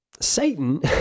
Satan